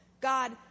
God